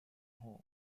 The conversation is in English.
home